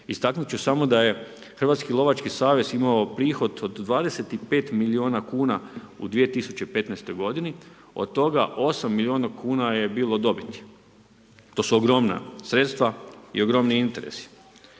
Istaknut ću samo da je Hrvatski lovački savez imao prihod od 25 miliona kuna u 2015. godini od toga 8 miliona kuna je bilo dobiti. To su ogromna sredstva i ogromni interesi,